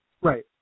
Right